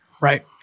Right